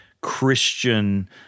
Christian